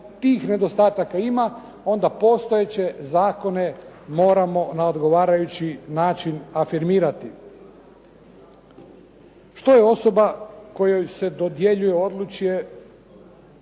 tih nedostataka ima, onda postojeće zakone moramo na odgovarajući način afirmirati. Što je osoba kojoj se dodjeljuje odličje